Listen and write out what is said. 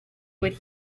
would